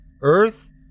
Earth